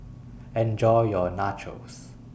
Enjoy your Nachos